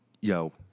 Yo